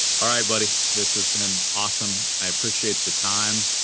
alright, buddy. this has been awesome. i appreciate the time.